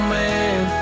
man